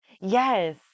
Yes